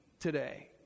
today